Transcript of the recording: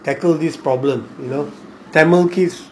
tackle this problem you know tamil kids